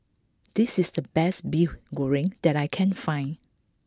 this is the best Mee Goreng that I can't find